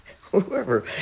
whoever